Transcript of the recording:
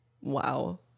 Wow